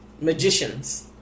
magicians